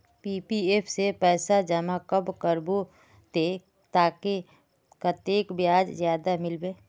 PPF में पैसा जमा कब करबो ते ताकि कतेक ब्याज ज्यादा मिलबे?